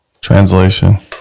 translation